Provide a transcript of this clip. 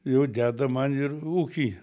jau deda man ir ūky